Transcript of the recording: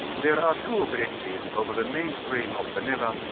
there are two bridges over the main stream of the neva,